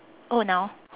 oh now